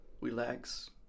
relax